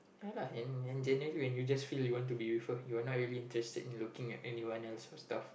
ya lah and and generally when you just feel you want to be with her you are not really interested in looking at anyone else cause the